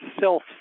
self